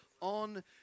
on